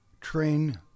Train